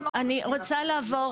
אני רוצה לעבור